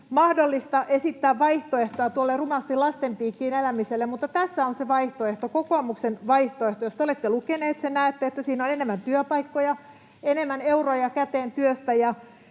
mahdollista esittää vaihtoehtoa tuolle rumasti lasten piikkiin elämiselle, mutta tässä on se vaihtoehto, kokoomuksen vaihtoehto. Jos te olette lukenut sen, näette, että siinä on enemmän työpaikkoja, enemmän euroja käteen työstä